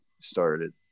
started